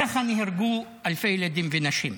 ככה נהרגו אלפי ילדים ונשים.